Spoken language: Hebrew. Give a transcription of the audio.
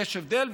יש הבדל.